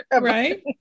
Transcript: Right